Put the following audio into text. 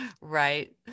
Right